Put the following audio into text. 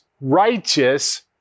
Righteous